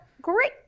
great